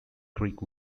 greek